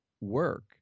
work